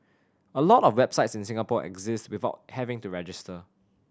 a lot of websites in Singapore exist without having to register